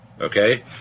okay